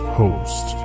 host